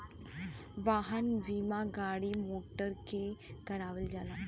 वाहन बीमा गाड़ी मोटर के करावल जाला